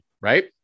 right